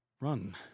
run